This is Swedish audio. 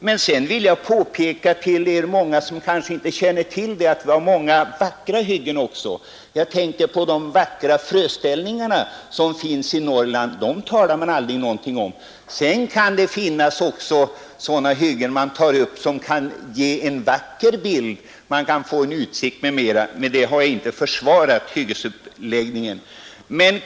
För er som kanske inte känner till det vill jag påpeka, att vi också har många vackra hyggen. Jag tänker på de vackra fröställningar som man kan få se på kalhyggen i Norrland. Om dem sägs det aldrig något. Det finns hyggen som kan medverka till att försköna landskapsbilden genom förbättrad utsikt m.m. Detta är dock inget försvar för hyggesuppläggningen över lag.